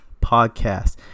Podcast